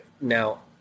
Now